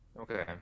Okay